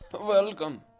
Welcome